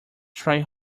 try